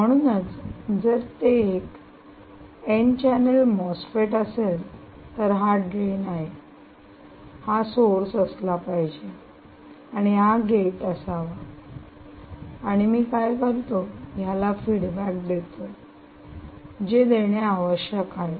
म्हणूनच जर ते एक एन चॅनेल मॉसफेट असेल तर हा ड्रेन आहे हा सोर्स असला पाहिजे आणि हा गेट असावा आणि मी काय करतो याला फीडबॅक देतो जे देणे आवश्यक आहे